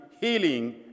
healing